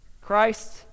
Christ